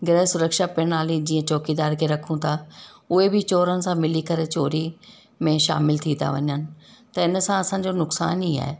गृह सुरक्षा प्रणाली जीअं चौकीदार खे रखूं था उहे बि चोरनि सां मिली चोरी में शमिलु थी था वञनि त इन सां असांजो नुक़सान ई आहे